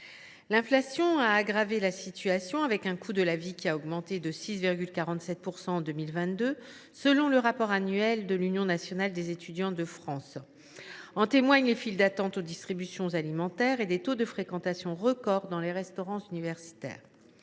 L’inflation a aggravé la situation, avec un coût de la vie qui a augmenté de 6,47 % en 2022 selon le rapport annuel de l’Unef ; en témoignent les files d’attente aux distributions alimentaires et les taux de fréquentation record des restaurants universitaires.